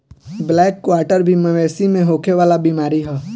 black quarter भी मवेशी में होखे वाला बीमारी ह